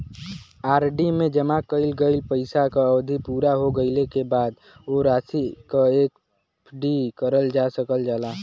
RD में जमा कइल गइल पइसा क अवधि पूरा हो गइले क बाद वो राशि क एफ.डी करल जा सकल जाला